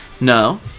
No